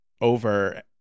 over